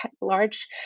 large